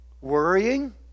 Worrying